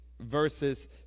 verses